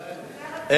הכי טוב, של אום-אל-פחם.